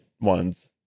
ones